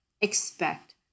expect